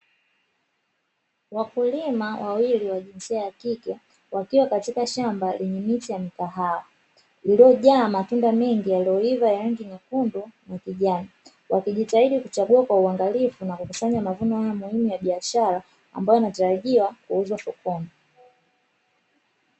Wakulima wawili wa jinsia ya kike, wakiwa katika shamba lenye miti ya mikahawa, iliyojaa matunda mengi yaliyoiva ya rangi nyekundu na kijani. Wakijitahidi kuchagua kwa uangalifu na kukusanya mavuno hayo muhimu ya biashara, ambayo yanatarajiwa kuuzwa sokoni.